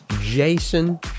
Jason